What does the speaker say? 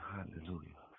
Hallelujah